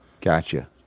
Gotcha